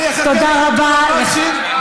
אני אחכה לביטול המצ'ינג,